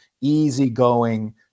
easygoing